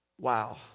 Wow